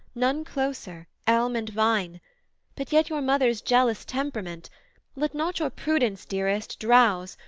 none closer, elm and vine but yet your mother's jealous temperament let not your prudence, dearest, drowse,